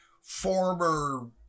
former